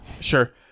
sure